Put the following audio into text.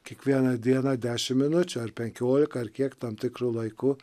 kiekvieną dieną dešim minučių ar penkiolika ar kiek tam tikru laiku